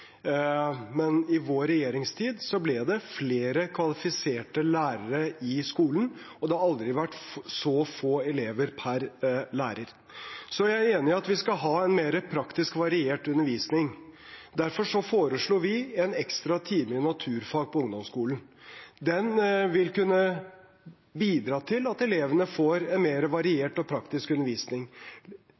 men i vår regjeringstid ble det flere kvalifiserte lærere i skolen, og det har aldri vært så få elever per lærer. Jeg er enig i at vi skal ha en mer praktisk og variert undervisning. Derfor foreslo vi en ekstra time naturfag på ungdomsskolen. Den kunne bidratt til at elevene fikk en mer variert og praktisk undervisning.